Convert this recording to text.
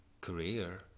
career